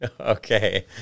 Okay